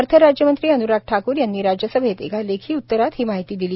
अर्थ राज्यमंत्री अनुराग ठाकुर यांनी राज्यसभेत एका लेखी उत्तरात ही माहिती दिली